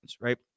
right